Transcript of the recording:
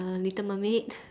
err little mermaid